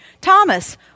Thomas